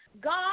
God